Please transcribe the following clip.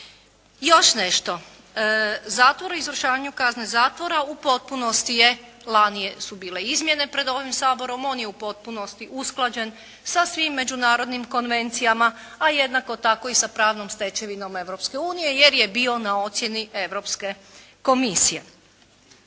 Još nešto. Zatvor o izvršavanju kazne zatvora u potpunosti je, lani su bile izmjene pred ovim Saborom. On je u potpunosti usklađen sa svim međunarodnim konvencijama a jednako tako i sa pravnom stečevinom Europske unije jer je bio na ocjeni Europske komisije.